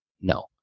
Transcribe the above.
No